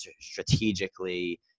strategically